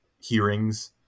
hearings